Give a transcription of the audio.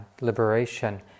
liberation